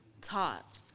taught